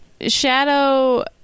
Shadow